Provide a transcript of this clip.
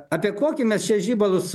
apie kokį mes čia žibalus